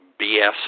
BS